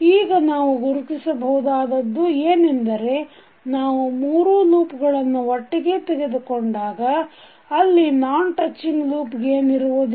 ಈಗ ನಾವು ಗುರುತಿಸಬಹುದಾದದ್ದು ಏನೆಂದರೆ ನಾವು ಮೂರು ಲೂಪ್ಗಳನ್ನು ಒಟ್ಟಿಗೆ ತೆಗೆದುಕೊಂಡಾಗ ಅಲ್ಲಿ ನಾನ್ ಟಚ್ಚಿಂಗ್ ಲೂಪ್ ಗೇನ್ ಇರುವುದಿಲ್ಲ